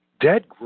dead